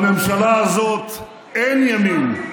בממשלה הזאת אין ימין,